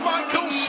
Michael